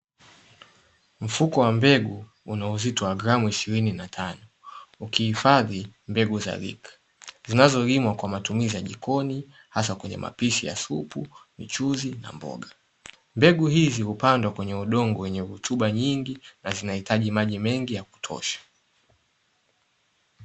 Mfuko wa mbegu una uzito wa gramu ishirini na tano, ukihifadhi mbegu za "LEEK", zinazolimwa kwa matumizi ya jikoni hasa kwenye mapishi ya supu, michuzi na mboga. Mbegu hizi hupandwa kwenye udongo wenye rutuba nyingi na zinahitaji maji mengi ya kutosha.